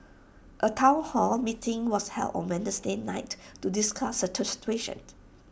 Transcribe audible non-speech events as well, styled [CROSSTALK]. A Town hall meeting was held on Wednesday night to discuss the situation [UNINTELLIGIBLE]